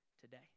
today